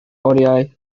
oriau